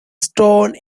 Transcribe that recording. stone